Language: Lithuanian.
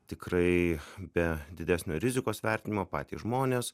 tikrai be didesnio rizikos vertinimo patys žmonės